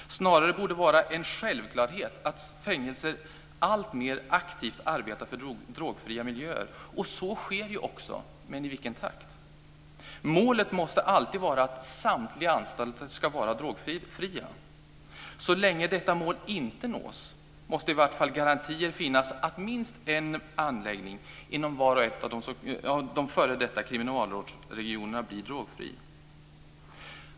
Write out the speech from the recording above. Snarare borde det vara en självklarhet att fängelserna alltmer aktivt arbetar för drogfria miljöer. Så sker också, men i vilken takt? Målet måste alltid vara att samtliga anstalter ska vara drogfria. Så länge detta mål inte nås måste i vart fall garantier finnas att minst en anläggning inom var och en av de f.d. kriminalvårdsregionerna blir drogfri.